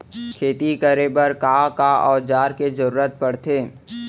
खेती करे बर का का औज़ार के जरूरत पढ़थे?